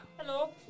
Hello